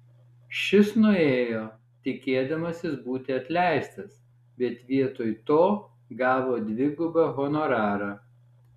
šis nuėjo tikėdamasis būti atleistas bet vietoj to gavo dvigubą honorarą